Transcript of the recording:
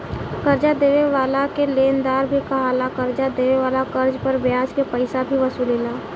कर्जा देवे वाला के लेनदार भी कहाला, कर्जा देवे वाला कर्ज पर ब्याज के पइसा भी वसूलेला